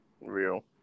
Real